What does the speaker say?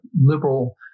liberal